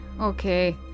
Okay